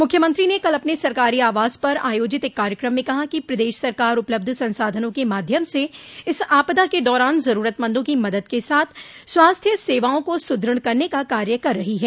मुख्यमंत्री ने कल अपने सरकारी आवास पर आयोजित एक कार्यक्रम में कहा कि प्रदेश सरकार उपलब्ध संसाधनों के माध्यम से इस आपदा के दौरान जरूरतमंदों की मदद के साथ स्वास्थ्य सेवाओं को सुदृढ़ करने का कार्य कर रही है